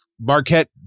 Marquette